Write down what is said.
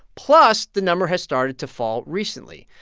plus, the number has started to fall recently.